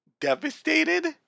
devastated